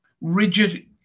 rigid